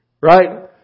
right